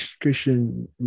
Christian